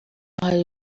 hari